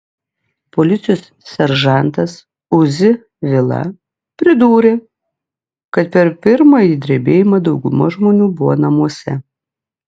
policijos seržantas uzi vila pridūrė kad per pirmąjį drebėjimą dauguma žmonių buvo namuose